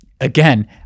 again